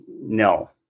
no